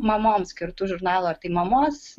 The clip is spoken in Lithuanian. mamoms skirtų žurnalų ar tai mamos